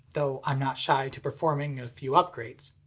though i'm not shy to performing a few upgrades.